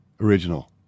original